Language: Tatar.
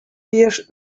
яшь